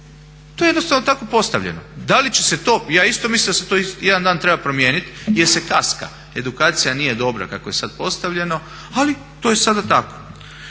To je jednostavno tako postavljeno. Ja isto mislim da se to jedan dan treba promijeniti jer se kaska, edukacija nije dobra kako je sada postavljeno ali to je sada tako.